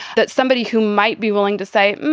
that somebody who might be willing to say,